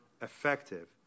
effective